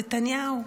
נתניהו.